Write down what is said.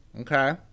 Okay